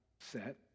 set